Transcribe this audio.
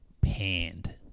panned